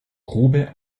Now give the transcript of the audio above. grube